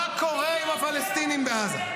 מה קורה עם הפלסטינים בעזה?